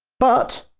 but,